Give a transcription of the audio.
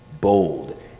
bold